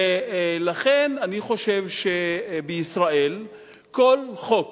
ולכן, אני חושב שבישראל כל חוק